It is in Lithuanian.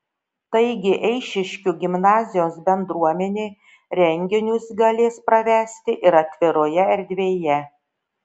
taigi eišiškių gimnazijos bendruomenė renginius galės pravesti ir atviroje erdvėje